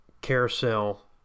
Carousel